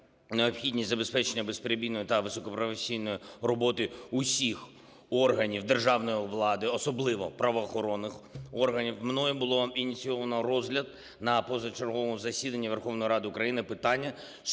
необхідність забезпечення безперебійної та високопрофесійної роботи усіх органів державно влади, особливо правоохоронних органів, мною було ініційовано розгляд на позачерговому засіданні Верховної Ради України питання